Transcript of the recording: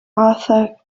arthur